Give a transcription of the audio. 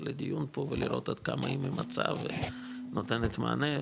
לדיון פה ולראות עד כמה היא ממצה ונותנת מענה,